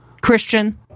Christian